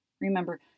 Remember